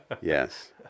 yes